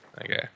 Okay